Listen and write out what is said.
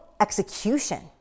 execution